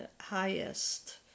highest